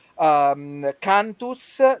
Cantus